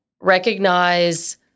recognize